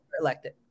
elected